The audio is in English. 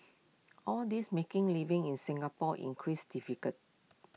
all these making living in Singapore increase difficult